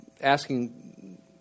asking